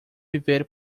viver